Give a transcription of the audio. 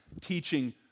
teaching